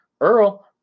Earl